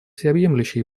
всеобъемлющий